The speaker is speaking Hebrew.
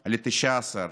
2021 ל-19,